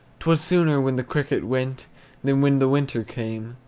t was sooner when the cricket went than when the winter came,